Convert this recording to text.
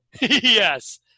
Yes